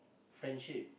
friendship